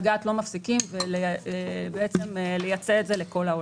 גת ולא מפסיקים לייצא את זה לכל העולם.